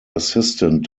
assistant